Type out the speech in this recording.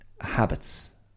habits